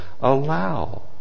allow